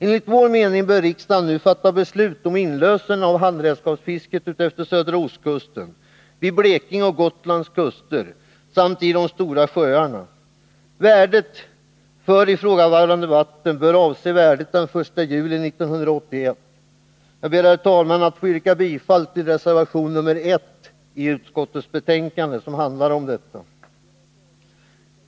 Enligt vår mening bör riksdagen nu fatta beslut om inlösen av handredskapsfisket utefter södra ostkusten, vid Blekinges och Gotlands kuster samt vid de stora sjöarna. Värdet för ifrågavarande vatten bör avse värdet den 1 juli 1981. Jag ber, herr talman, att få yrka bifall till reservation nr 1, som handlar om detta.